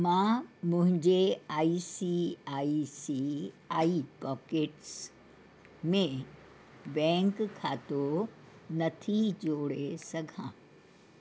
मां मुंहिंजे ICICI pockets में बैंक खातो नथी जोड़े सघां